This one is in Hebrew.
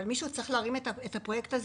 אבל מישהו צריך להרים את הפרויקט הזה